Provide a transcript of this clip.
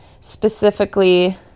specifically